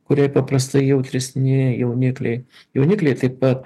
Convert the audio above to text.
kuriai paprastai jautresni jaunikliai jaunikliai taip pat